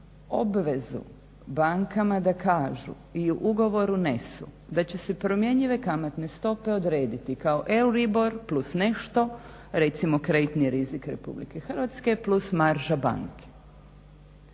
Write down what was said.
obvezu bankama da kažu i u ugovor unesu da će se promjenjive kamatne stope odrediti kao euribor plus nešto, recimo kreditni rizik RH, plus marža banke.